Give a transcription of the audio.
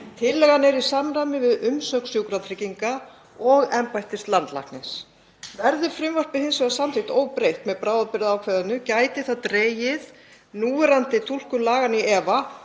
Tillagan er í samræmi við umsögn Sjúkratrygginga og embættis landlæknis. Verði frumvarpið hins vegar samþykkt óbreytt með bráðabirgðaákvæðinu gæti það dregið núverandi túlkun laganna í efa